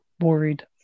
worried